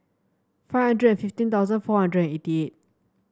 five hundred and fifteen thousand four hundred and eighty eight